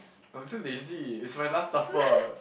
I'm too lazy is my last supper